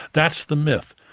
that's the myth.